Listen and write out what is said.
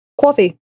coffee